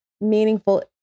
meaningful